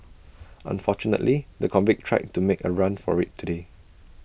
unfortunately the convict tried to make A run for IT today